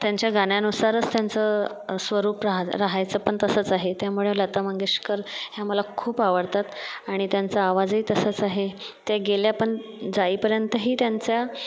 त्यांच्या गाण्यानुसारच त्यांचं स्वरूप राहा राहायचं पण तसंच आहे त्यामुळे लता मंगेशकर ह्या मला खूप आवडतात आणि त्यांचा आवाजही तसाच आहे त्या गेल्या पण जाईपर्यंतही त्यांच्या